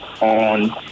on